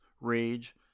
rage